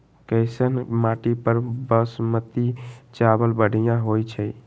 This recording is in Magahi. कैसन माटी पर बासमती चावल बढ़िया होई छई?